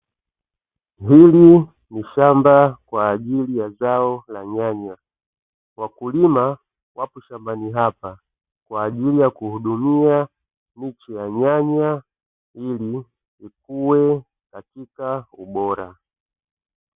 Hili ni shamba kwa ajili ya zao la nyanya, wakulima wapo shambani hapa kwaajili ya kuhudumia miche ya nyanya ili ikuwe katika ubora.